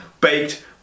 baked